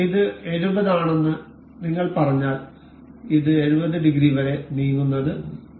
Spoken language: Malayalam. ഇത് 70 ആണെന്ന് നിങ്ങൾ പറഞ്ഞാൽ ഇത് 70 ഡിഗ്രി വരെ നീങ്ങുന്നത് നിങ്ങൾക്ക് കാണാം